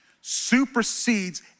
supersedes